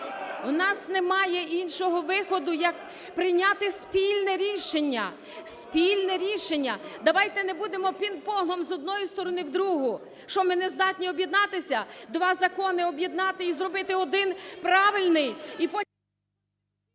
у нас немає іншого виходу як прийняти спільне рішення, спільне рішення. Давайте не будемо пінг-понгом з однієї сторони в другу. Що, ми не здатні об'єднатися, два закони об'єднати і зробити один правильний…